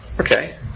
Okay